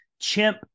chimp